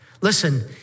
Listen